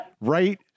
right